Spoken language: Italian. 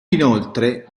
inoltre